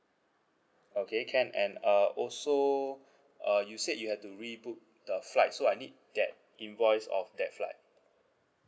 okay can and uh also uh you said you had to rebook the flight so I need that invoice of that flight